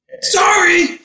Sorry